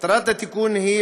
מטרת התיקון היא,